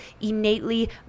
innately